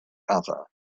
other